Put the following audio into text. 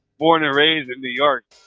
born and raised in new york.